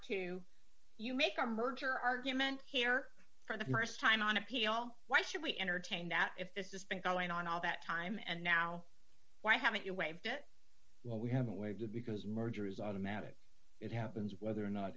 to you make our merger argument here for the st time on appeal why should we entertain that if this is been going on all that time and now why haven't you waived it well we haven't waited because merger is automatic it happens whether or not